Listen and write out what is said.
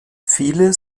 viele